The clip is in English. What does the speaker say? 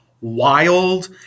wild